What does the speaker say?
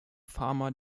farmer